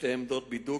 שתי עמדות בידוק